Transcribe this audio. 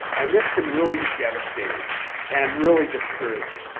and this can really be devastating and really discouraging.